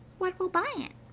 what will buy it?